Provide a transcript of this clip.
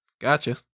Gotcha